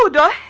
so da